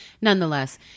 nonetheless